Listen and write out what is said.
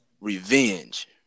Revenge